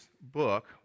book